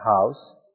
house